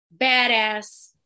badass